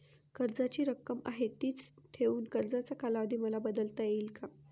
कर्जाची रक्कम आहे तिच ठेवून कर्जाचा कालावधी मला बदलता येईल का?